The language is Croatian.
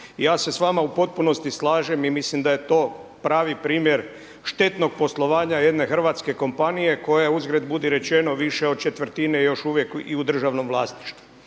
ja se sa vama u potpunosti slažem. Mislim da je to pravi primjer štetnog poslovanja jedne hrvatske kompanije koja uzgred budi rečeno više od četvrtine još uvijek i u državnom vlasništvu.